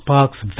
Park's